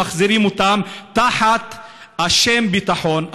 ומחזירים אותם תחת השם "ביטחון".